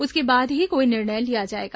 उसके बाद ही कोई निर्णय लिया जाएगा